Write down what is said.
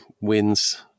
wins